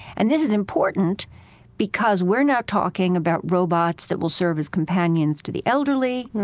and this is important because we're now talking about robots that will serve as companions to the elderly,